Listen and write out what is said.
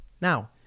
Now